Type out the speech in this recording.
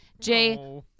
Jay